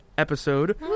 episode